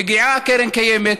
מגיעה קרן הקיימת,